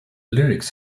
lyrics